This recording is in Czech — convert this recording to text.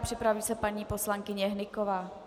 Připraví se paní poslankyně Hnyková.